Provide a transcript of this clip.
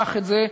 קח את זה,